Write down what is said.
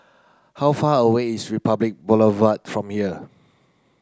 how far away is Republic Boulevard from here